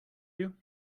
you